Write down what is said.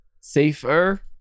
safer